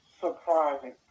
surprising